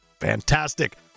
Fantastic